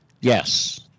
Yes